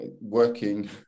working